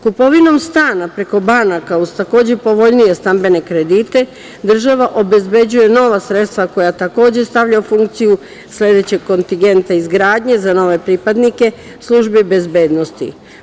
Kupovinom stana preko banaka, uz takođe povoljnije stambene kredite, država obezbeđuje nova sredstva koja takođe stavlja u funkciju sledećeg kontingenta izgradnje za nove pripadnike službi bezbednosti.